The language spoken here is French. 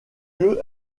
lieu